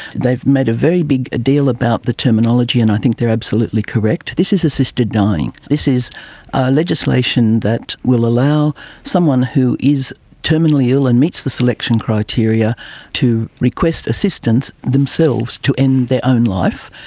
they've made a very big deal about the terminology, and i think they are absolutely correct. this is assisted dying. this is a legislation that will allow someone who is terminally ill and meets the selection criteria to request assistance themselves to end their own life.